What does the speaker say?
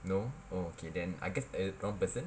no oh okay then I guess err wrong person